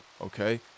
okay